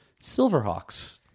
Silverhawks